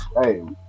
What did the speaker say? hey